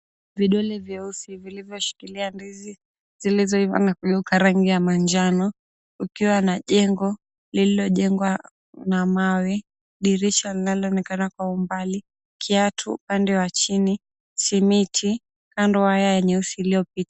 Vidole vyeusi vilivyoshikilia ndizi zilizoiva na kugeuka rangi ya manjano, kukiwa na jengo lililojengwa na mawe, dirisha linaloonekana kwa umbali, kiatu upande wa chini, simiti, kando waya nyeusi iliyopita.